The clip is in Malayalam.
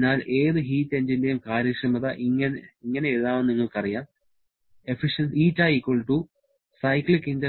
അതിനാൽ ഏത് ഹീറ്റ് എഞ്ചിന്റെയും കാര്യക്ഷമത ഇങ്ങനെ എഴുതാമെന്ന് നിങ്ങൾക്കറിയാം ഇവിടെ QH